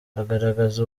agaragaza